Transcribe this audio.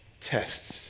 tests